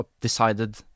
decided